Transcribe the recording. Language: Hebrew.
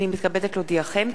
הנני מתכבדת להודיעכם,